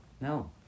No